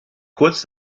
kurz